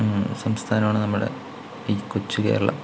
സംസ്ഥാനമാണ് നമ്മുടെ ഈ കൊച്ച് കേരളം